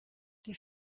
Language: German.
die